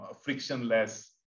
frictionless